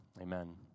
Amen